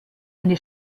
eine